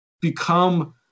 become